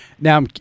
Now